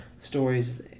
stories